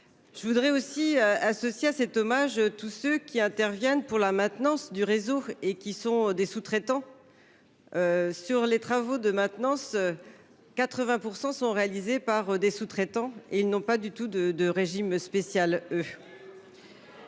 Je veux aussi associer à cet hommage tous ceux qui interviennent pour la maintenance du réseau et qui sont des sous-traitants. De fait, 80 % de travaux de maintenance sont réalisés par des sous-traitants qui, eux, n'ont pas de régime spécial